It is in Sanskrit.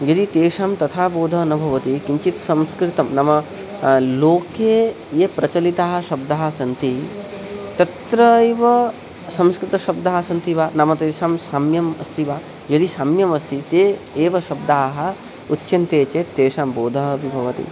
यदि तेषां तथा बोधः न भवति किञ्चित् संस्कृतं नाम लोके ये प्रचलिताः शब्दाः सन्ति तत्रैव संस्कृतशब्दाः सन्ति वा नाम तेषां साम्यम् अस्ति वा यदि साम्यम् अस्ति ते एव शब्दाः उच्यन्ते चेत् तेषां बोधः अपि भवति